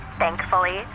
thankfully